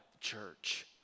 church